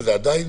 ועדיין